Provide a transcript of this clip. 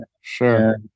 Sure